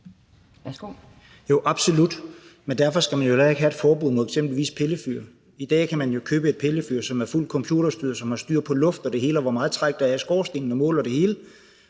absolut, men derfor skal man jo heller ikke have et forbud mod eksempelvis pillefyr. I dag kan man jo købe et pillefyr, som er fuldt computerstyret, som har styr på luften og det hele, hvor meget træk der er i skorstenen, og som måler det hele,